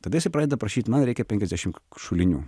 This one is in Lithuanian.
tada jisai pradeda prašyt man reikia penkiasdešim šulinių